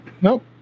Nope